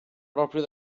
proprio